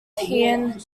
heine